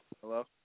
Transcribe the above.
Hello